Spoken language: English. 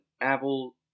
Apple